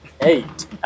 eight